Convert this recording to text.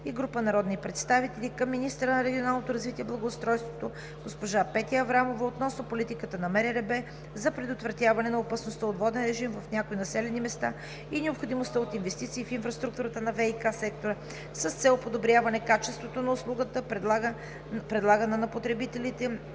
и група народни представители към министъра на регионалното развитие и благоустройството госпожа Петя Аврамова относно политиката на МРРБ за предотвратяване на опасността от воден режим в някои населени места и необходимостта от инвестиции в инфраструктурата на ВиК сектора с цел подобряване качеството на услугата, предлагана на потребителите,